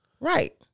Right